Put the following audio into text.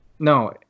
No